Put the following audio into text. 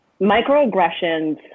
microaggressions